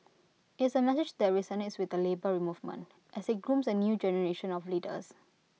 it's A message that resonates with the Labour Movement as IT grooms A new generation of leaders